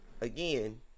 again